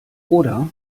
oder